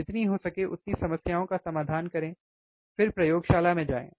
जितनी हो सके उतनी समस्याओं का समाधान करें फिर प्रयोगशाला में जाएं